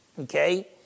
okay